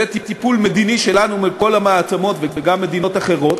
טיפול מדיני שלנו מול כל המעצמות וגם מדינות אחרות,